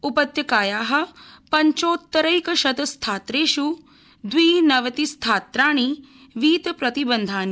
उपत्यकाया पञ्चोत्तरैक शत स्थात्रेष् द्विनवतिस्थात्राणि वीतप्रतिबन्धानि